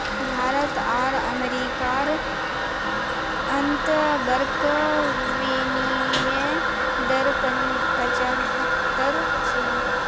भारत आर अमेरिकार अंतर्बंक विनिमय दर पचाह्त्तर छे